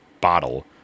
bottle